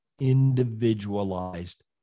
individualized